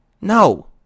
No